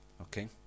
Okay